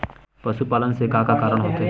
पशुपालन से का का कारण होथे?